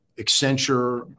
Accenture